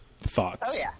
Thoughts